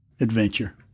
adventure